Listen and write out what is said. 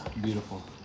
beautiful